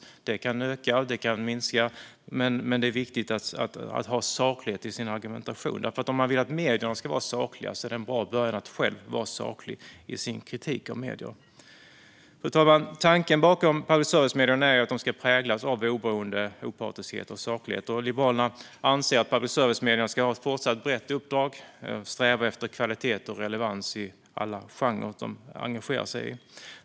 Det kan öka och det kan minska, men det är viktigt att man har saklighet i sin argumentation, för om man vill att medierna ska vara sakliga är det en bra början att själv vara saklig i sin kritik av medier. Fru talman! Tanken bakom public service-medierna är att de ska präglas av oberoende, opartiskhet och saklighet, och Liberalerna anser att public service-medierna ska ha ett fortsatt brett uppdrag och sträva efter kvalitet och relevans i alla genrer de engagerar sig i.